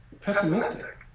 pessimistic